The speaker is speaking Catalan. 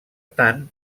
tant